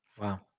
Wow